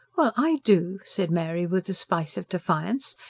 well, i do, said mary with a spice of defiance.